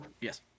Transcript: yes